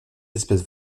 espèces